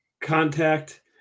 contact